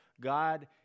God